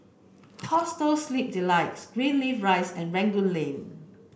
Hostel Sleep Delight Greenleaf Rise and Rangoon Lane